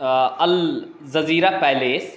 Al Jazeera palace